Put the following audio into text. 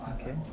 Okay